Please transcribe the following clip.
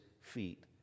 feet